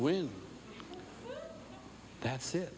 win that's it